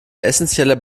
essenzieller